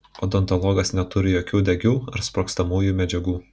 odontologas neturi jokių degių ar sprogstamųjų medžiagų